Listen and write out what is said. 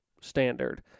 standard